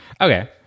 Okay